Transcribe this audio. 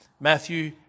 Matthew